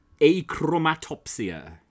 achromatopsia